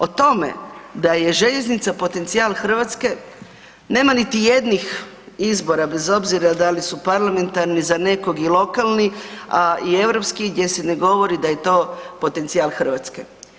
O tome da je željeznica potencijal Hrvatske, nema niti jednih izbora bez obzira da li su parlamentarni za nekog ili lokalni, a i europski gdje se ne govori da je to potencijal Hrvatske.